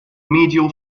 medial